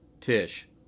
Tish